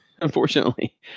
unfortunately